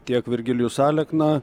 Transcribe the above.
tiek virgilijus alekna